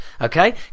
okay